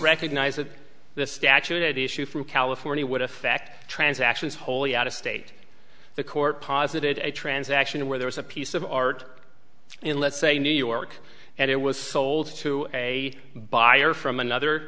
recognized that the statute at issue from california would affect transactions wholly out of state the court posited a transaction where there was a piece of art in let's say new york and it was sold to a buyer from another